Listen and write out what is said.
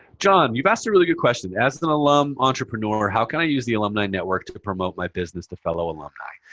john, you've asked a really good question. as an alum entrepreneur, how can i use the alumni network to but promote my business to fellow alumni?